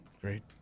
Great